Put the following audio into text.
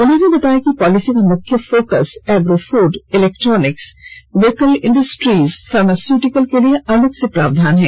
उन्होंने बताया कि पॉलिसी का मुख्य focus agro food electronic vehicle industries pharmaceutical के लिए अलग से प्रावधान है